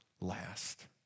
last